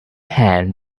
hand